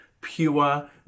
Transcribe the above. pure